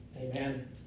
Amen